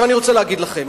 אני רוצה להגיד לכם,